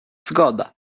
zgoda